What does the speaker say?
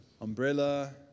Umbrella